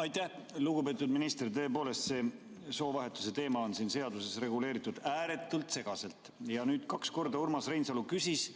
Aitäh! Lugupeetud minister! Tõepoolest, see soovahetuse teema on siin seaduses reguleeritud ääretult segaselt. Kaks korda Urmas Reinsalu küsis,